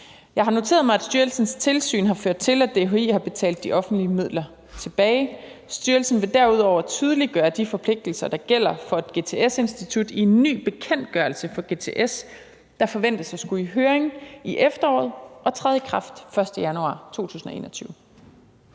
Jeg har noteret mig, at styrelsens tilsyn har ført til, at DHI har betalt de offentlige midler tilbage. Styrelsen vil derudover tydeliggøre de forpligtelser, der gælder for et GTS-institut, i en ny bekendtgørelse for GTS, der forventes at skulle i høring i efteråret og træde i kraft den 1. januar 2021.